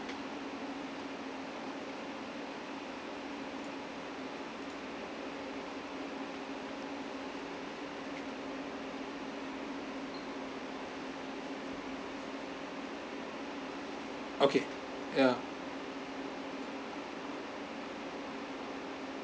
okay ya